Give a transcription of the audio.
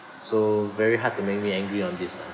so very hard to make me angry on this lah